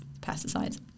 pesticides